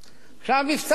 עכשיו, המבצע לא הצליח.